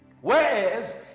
Whereas